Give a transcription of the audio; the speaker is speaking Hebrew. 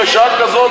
בשעה כזאת,